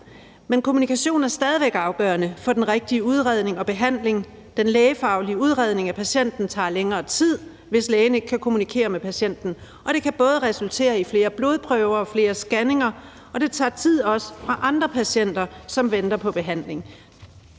Men kommunikationen er stadig væk afgørende for den rigtige udredning og behandling. Den lægefaglige udredning af patienten tager længere tid, hvis lægen ikke kan kommunikere med patienten, og det kan både resultere i flere blodprøver og flere scanninger, og det tager også tid fra andre patienter, som venter på behandling.